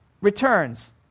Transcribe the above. returns